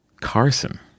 Carson